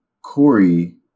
Corey